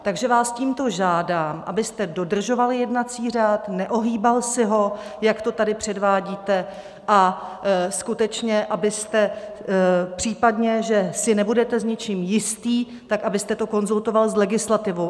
Takže vás tímto žádám, abyste dodržoval jednací řád, neohýbal si ho, jak to tady předvádíte, a skutečně abyste v případě, že si nebudete něčím jistý, tak abyste to konzultoval s legislativou.